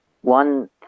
one